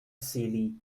silly